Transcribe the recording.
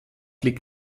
liegt